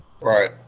Right